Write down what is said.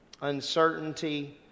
uncertainty